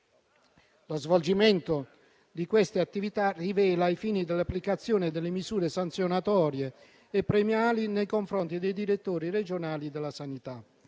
Lo svolgimento di queste attività rileva ai fini dell'applicazione delle misure sanzionatorie e premiali nei confronti dei direttori regionali della sanità.